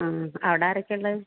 ആ അവിടെ ആരൊക്കെ ഉള്ളത്